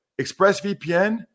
ExpressVPN